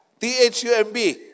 T-H-U-M-B